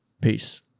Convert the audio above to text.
Peace